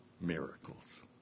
miracles